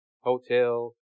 hotel